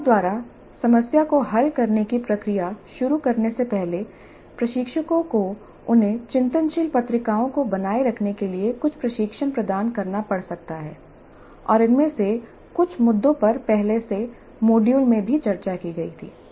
टीमों द्वारा समस्या को हल करने की प्रक्रिया शुरू करने से पहले प्रशिक्षकों को उन्हें चिंतनशील पत्रिकाओं को बनाए रखने के लिए कुछ प्रशिक्षण प्रदान करना पड़ सकता है और इनमें से कुछ मुद्दों पर पहले के मॉड्यूल में भी चर्चा की गई थी